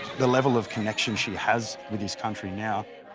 the level of connection she has with this country now,